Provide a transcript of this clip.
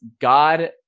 God